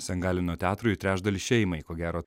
san galeno teatrui trečdalis šeimai ko gero